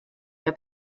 wer